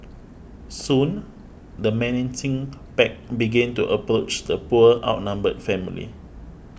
soon the menacing pack began to approach the poor outnumbered family